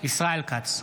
ישראל כץ,